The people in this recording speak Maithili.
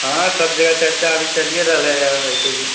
हँ सभ जगह चर्चा अभी चलिये रहलै है जैसे कि